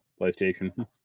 PlayStation